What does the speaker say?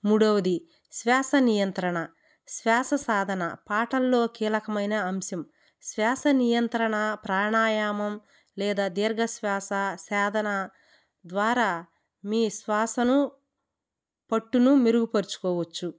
మూడవది శ్వాస నియంత్రణ శ్వాస సాధన పాటల్లో కీలకమైన అంశం శ్వాస నియంత్రణ ప్రాణాయామం లేదా దీర్ఘశ్వాస సాధన ద్వారా మీ శ్వాసను పట్టును మెరుగుపరుచుకోవచ్చు